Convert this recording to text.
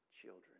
children